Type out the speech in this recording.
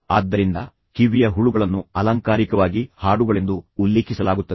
ಆದ್ದರಿಂದ ಕಿವಿಯ ಹುಳುಗಳನ್ನು ಅಲಂಕಾರಿಕವಾಗಿ ಹಾಡುಗಳೆಂದು ಉಲ್ಲೇಖಿಸಲಾಗುತ್ತದೆ